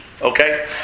Okay